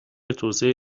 توسعه